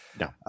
No